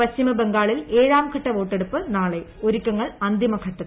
പശ്ചിമബംഗാളിൽ ഏഴാംഘട്ട വോട്ടെടുപ്പ് നാളെ ഒരുക്കങ്ങൾ അന്തിമ ഘട്ടത്തിൽ